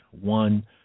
one